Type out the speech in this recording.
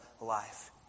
life